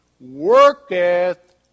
worketh